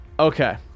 Okay